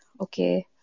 okay